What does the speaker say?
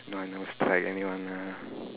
no I never strike anyone ah